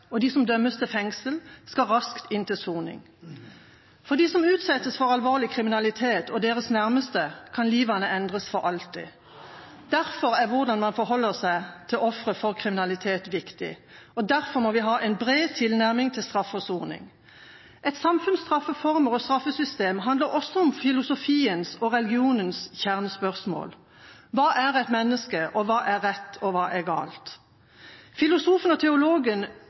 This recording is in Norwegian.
og de som dømmes til fengsel, skal raskt inn til soning. For dem som utsettes for alvorlig kriminalitet, og deres nærmeste, kan livene endres for alltid. Derfor er hvordan man forholder seg til ofre for kriminalitet, viktig, og derfor må vi ha en bred tilnærming til straff og soning. Et samfunns straffeformer og straffesystem handler også om filosofiens og religionens kjernespørsmål: Hva er et menneske? Hva er rett, og hva er galt? Filosofen og teologen